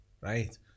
right